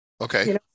Okay